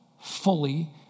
fully